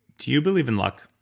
do you believe in luck?